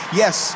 yes